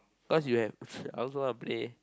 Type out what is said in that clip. cause you have I also want to play